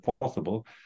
possible